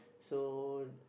so